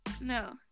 No